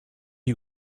you